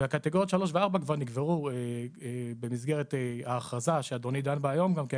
הקטגוריות 3 ו-4 כבר נקבעו במסגרת האכרזה שאדוני דן בה היום גם כן,